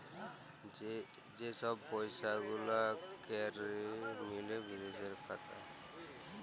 যে ছব পইসা গুলা ক্যরে মিলে বিদেশে খাতায়